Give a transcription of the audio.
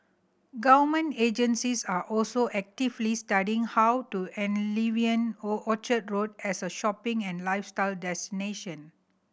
government agencies are also actively studying how to enliven Orchard Road as a shopping and lifestyle destination